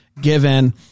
given